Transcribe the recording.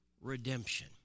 redemption